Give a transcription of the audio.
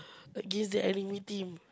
against the enemy team